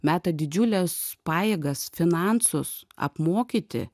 meta didžiules pajėgas finansus apmokyti